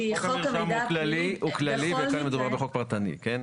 חוק המרשם הוא כללי, וכאן מדובר בחוק פרטני, כן?